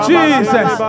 Jesus